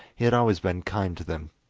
he had always been kind to them.